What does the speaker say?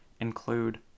include